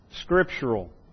scriptural